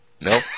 No